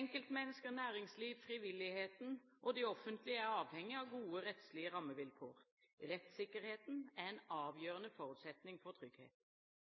Enkeltmennesker, næringsliv, frivilligheten og det offentlige er avhengige av gode, rettslige rammevilkår. Rettssikkerheten er en avgjørende forutsetning for trygghet.